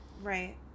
Right